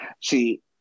See